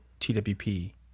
TWP